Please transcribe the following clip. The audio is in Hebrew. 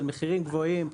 של מחירים גבוהים.